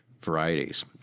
varieties